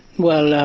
well,